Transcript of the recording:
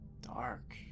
Dark